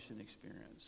experience